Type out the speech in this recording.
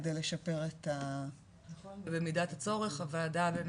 כדי לשפר, במידת הצורך בוועדה.